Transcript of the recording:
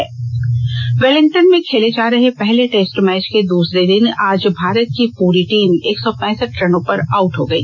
test cricket Wellington में खेले जा रहे पहले टेस्ट मैच के दूसरे दिन आज भारत की पूरी टीम एक सौ पैसठ रनों पर आउट हो गई